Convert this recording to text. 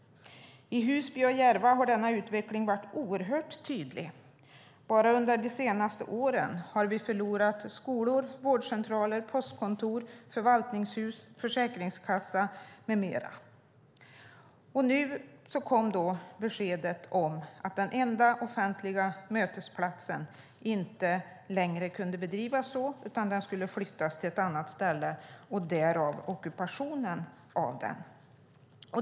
I Husby och Järva har denna utveckling varit oerhört tydlig. Bara under de senaste åren har de förlorat skolor, vårdcentraler, postkontor, förvaltningshus, försäkringskassa med mera. Nu kom beskedet om att den enda offentliga mötesplatsen inte längre kan bedrivas så utan ska flyttas till ett annat ställe - därav ockupationen av den.